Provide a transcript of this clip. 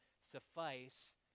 suffice